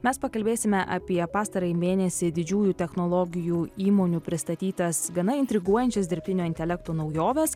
mes pakalbėsime apie pastarąjį mėnesį didžiųjų technologijų įmonių pristatytas gana intriguojančias dirbtinio intelekto naujoves